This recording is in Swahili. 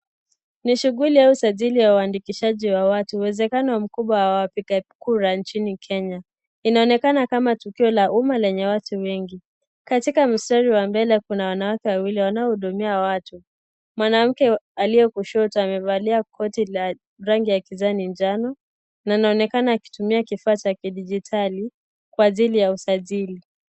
Ni shughuli au sajili ya uandikishaji wa watu. Uwezekano mkubwa wa wapigakura nchini Kenya. Inaonekana kama tukio la umma lenye watu wengi. Katika mstari wa mbele kuna wanawake wawili wanaohudumia watu. Mwanamke aliye kushoto amevalia koti la rangi ya kijani na njano na anaonekana akitumia kifaa cha kidijitali kwa ajili ya usajili.